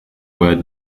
word